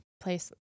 place